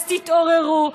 אז תתעוררו,